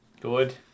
Good